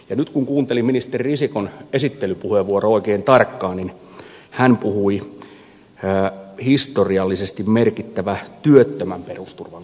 ja nyt kun kuunteli ministeri risikon esittelypuheenvuoroa oikein tarkkaan niin hän puhui historiallisesti merkittävästä työttömän perusturvan korotuksesta